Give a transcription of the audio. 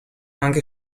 anche